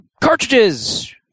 cartridges